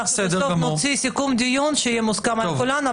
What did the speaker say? בסוף נוציא סיכום דיון שיהיה מוסכם על כולנו.